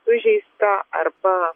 sužeistą arba